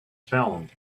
filmed